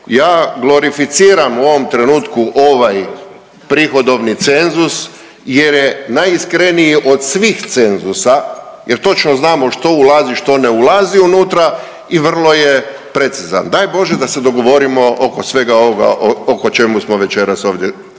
Ja glorificiram u ovom trenutku ovaj prihodovni cenzus jer je najiskreniji od svih cenzusa jer točno znamo što ulazi što ne ulazi unutra i vrlo je precizan. Daj Bože da se dogovorimo oko svega ovoga oko čemu smo večeras ovdje,